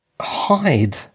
Hide